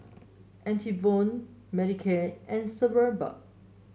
Enervon Manicare and Sebamed